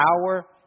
power